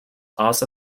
also